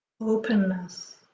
openness